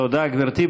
תודה, גברתי.